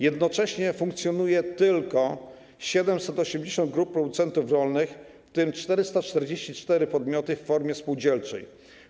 Jednocześnie funkcjonuje tylko 780 grup producentów rolnych, w tym 444 podmioty w formie spółdzielczej.